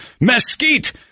mesquite